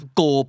go